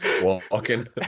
Walking